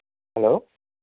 hello